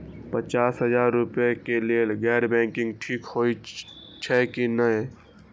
पचास हजार रुपए के लेल गैर बैंकिंग ठिक छै कि नहिं?